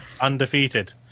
undefeated